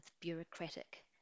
bureaucratic